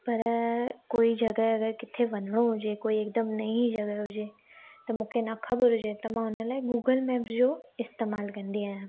पर कोई जॻह अगरि काथे वञणो हुजे जेको हिकदमि नई जॻह हुजे त मूंखे न ख़बर हुजे त हुन लाइ मां गूगल मैप जो इस्तेमालु कंदी आहियां